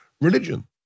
religion